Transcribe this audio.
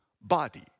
body